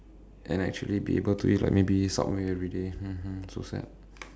and actually be able to eat like maybe subway everyday mmhmm so sad